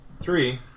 Three